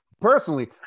Personally